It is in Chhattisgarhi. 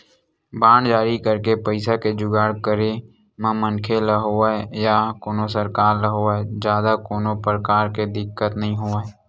बांड जारी करके पइसा के जुगाड़ करे म मनखे ल होवय या कोनो सरकार ल होवय जादा कोनो परकार के दिक्कत नइ होवय